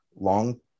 long